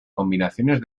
combinaciones